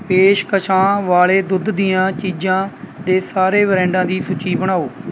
ਪੇਸ਼ਕਸ਼ਾਂ ਵਾਲ਼ੇ ਦੁੱਧ ਦੀਆਂ ਚੀਜ਼ਾਂ ਦੇ ਸਾਰੇ ਬ੍ਰੈਂਡਾਂ ਦੀ ਸੂਚੀ ਬਣਾਓ